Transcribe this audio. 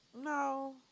No